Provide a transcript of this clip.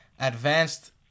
advanced